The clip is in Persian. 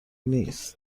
نیست